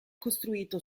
costruito